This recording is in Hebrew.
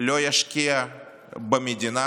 לא ישקיע במדינה